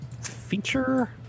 feature